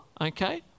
okay